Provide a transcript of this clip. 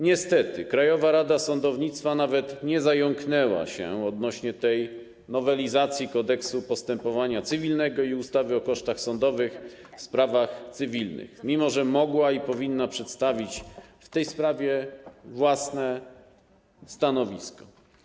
Niestety Krajowa Rada Sądownictwa nawet nie zająknęła się odnośnie do tej nowelizacji Kodeksu postępowania cywilnego i ustawy o kosztach sądowych w sprawach cywilnych, mimo że mogła, co więcej, powinna przedstawić w tej sprawie własne stanowisko.